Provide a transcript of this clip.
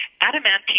adamantine